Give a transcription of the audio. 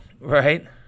right